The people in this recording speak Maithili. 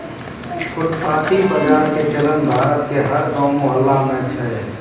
फुटपाती बाजार के चलन भारत के हर गांव मुहल्ला मॅ छै